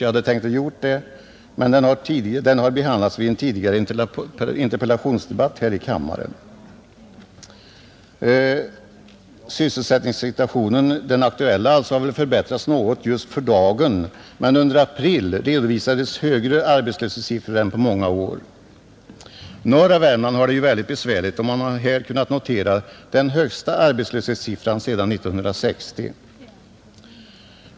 Jag hade tänkt att göra det men den har behandlats vid en tidigare interpellationsdebatt här i kammaren, Den aktuella sysselsättningssituationen har väl förbättrats något just för dagen, men under april redovisades högre arbetslöshetssiffror än på många år. Norra Värmland har det mycket besvärligt och man har där kunnat notera den högsta arbetslöshetssiffran sedan 1960.